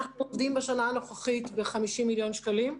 אנחנו עומדים בשנה הנוכחית ב-50 מיליון שקלים.